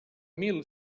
mil